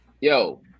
Yo